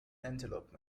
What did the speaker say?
antelope